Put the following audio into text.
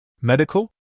Medical